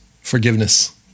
Forgiveness